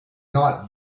not